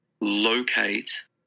locate